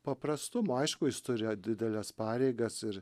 paprastumo aišku jis turėjo dideles pareigas ir